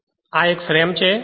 અને આ ફ્રેમ છે